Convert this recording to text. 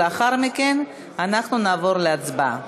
ולאחר מכן אנחנו נעבור להצבעה.